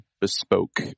bespoke